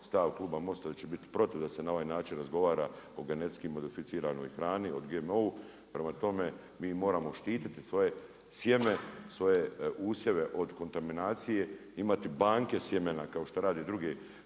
stav kluba MOST-a da će biti protiv da se na ovaj način razgovara o genetski modificiranoj hrani, o GMO-u, prema tome, mi moramo štititi svoje sjeme, svoje usjeve od kontaminacije, imati banke sjemena, kao što rade druge